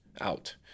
out